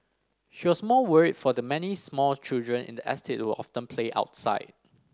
she was more worried for the many small children in the estate who often play outside